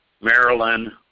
Maryland